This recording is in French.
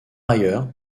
ailleurs